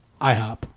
IHOP